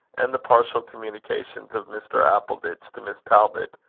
and the partial communications of mr. appleditch to miss talbot,